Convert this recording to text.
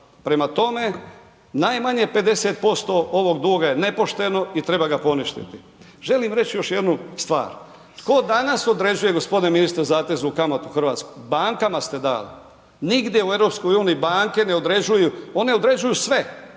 Prema tome najmanje 50% ovog duga je nepošteno i treba ga poništiti. Želim reći još jednu stvar, tko danas određuje gospodine ministre zateznu kamatu u Hrvatskoj. Bankama ste dali, nigdje u EU banke ne određuju, one određuju sve